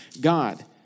God